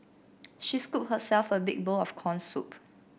she scooped herself a big bowl of corn soup